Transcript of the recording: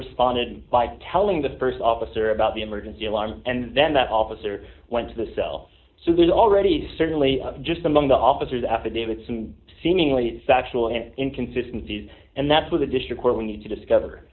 responded by telling the st officer about the emergency alarm and then that officer went to the cell so there's already certainly just among the officers affidavits and seemingly factual and inconsistency and that's where the district where we need to discover